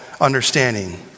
understanding